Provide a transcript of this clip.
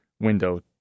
window